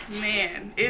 Man